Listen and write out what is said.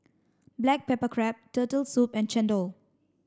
black pepper crab turtle soup and Chendol